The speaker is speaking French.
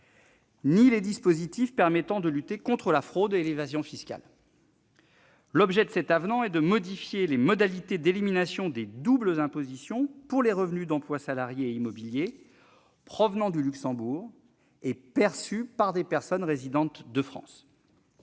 ni les dispositifs permettant de lutter contre la fraude et l'évasion fiscales. L'objet de cet avenant est de modifier les modalités d'élimination des doubles impositions pour les revenus d'emploi salariés et immobiliers provenant du Luxembourg et perçus par des personnes résidentes de France.